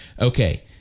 Okay